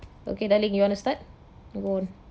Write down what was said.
okay darling you want to start go on